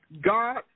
God